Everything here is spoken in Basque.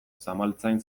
zamaltzain